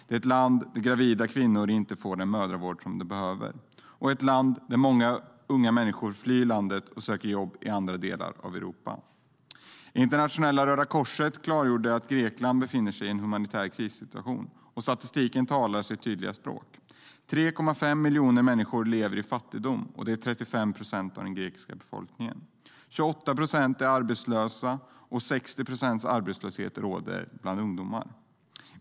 Det är ett land där gravida kvinnor inte får den mödravård som de behöver och ett land som många unga flyr för att söka jobb i andra delar av Europa. Internationella Röda Korset klargör att Grekland befinner sig i en humanitär krissituation. Och statistiken talar sitt tydliga språk: 3,5 miljoner människor lever i fattigdom - det är 35 procent av den grekiska befolkningen. 28 procent är arbetslösa, och 60 procents arbetslöshet råder bland ungdomar.